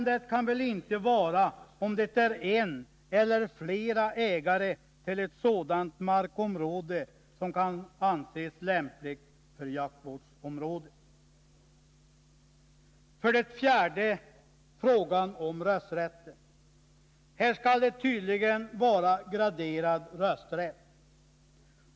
Det kan väl inte vara avgörande om det är en eller flera ägare till ett markområde som kan anses lämpligt som jaktvårdsområde. För det fjärde gäller det frågan om rösträtten. Här skall det tydligen vara graderad rösträtt.